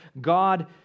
God